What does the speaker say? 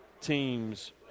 teams